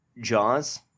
Jaws